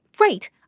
Right